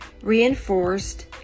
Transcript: reinforced